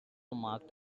marked